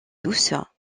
douce